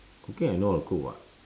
cooking I know how to cook [what]